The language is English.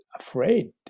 afraid